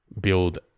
build